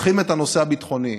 לוקחים את הנושא הביטחוני,